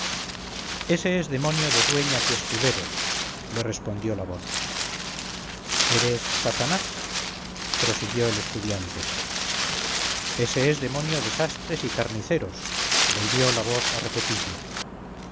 ése es demonio de dueñas y escuderos le respondió la voz eres satanás prosiguió el estudiante ése es demonio de sastres y carniceros volvió la voz a repetille